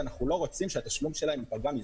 ואנחנו לא רוצים שהתשלום להם ייפגע מזה.